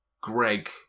Greg